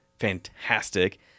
fantastic